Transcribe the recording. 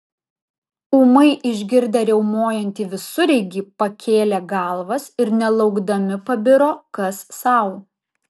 ūmai išgirdę riaumojantį visureigį pakėlė galvas ir nelaukdami pabiro kas sau